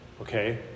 Okay